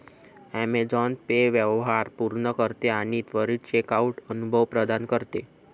Amazon Pay व्यवहार पूर्ण करते आणि त्वरित चेकआउट अनुभव प्रदान करते